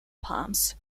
pumps